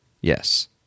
Yes